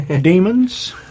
Demons